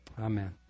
Amen